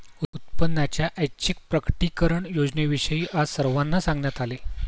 उत्पन्नाच्या ऐच्छिक प्रकटीकरण योजनेविषयी आज सर्वांना सांगण्यात आले